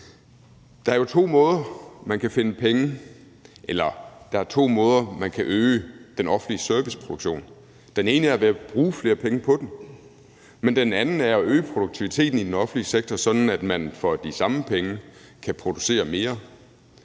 der er to måder, man kan øge den offentlige serviceproduktion på. Den ene er ved at bruge flere penge på den, men den anden er at øge produktiviteten i den offentlige sektor, sådan at man for de samme penge kan producere mere,